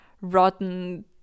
rotten